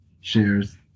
shares